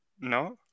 No